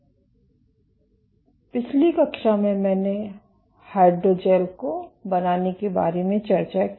इसलिए पिछली कक्षा में मैंने हाइड्रोजैल को बनाने के बारे में चर्चा की